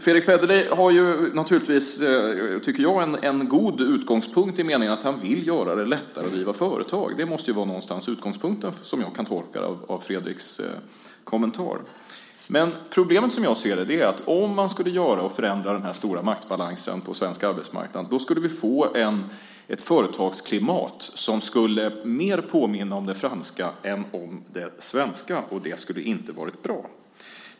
Fredrick Federley har naturligtvis en god utgångspunkt i meningen att han vill göra det lättare att driva företag. Det måste någonstans vara utgångspunkten, som jag kan tolka Fredricks kommentar. Men problemet är att om vi skulle förändra den stora maktbalansen på svensk arbetsmarknad skulle vi få ett företagsklimat som mer skulle påminna om det franska än om det svenska. Det skulle inte vara bra.